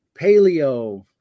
paleo